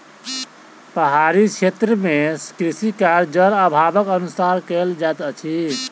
पहाड़ी क्षेत्र मे कृषि कार्य, जल अभावक अनुसार कयल जाइत अछि